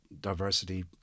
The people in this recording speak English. diversity